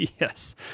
Yes